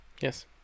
Yes